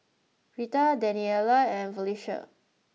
Rheta Daniella and Felisha